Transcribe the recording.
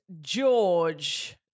George